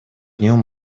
нем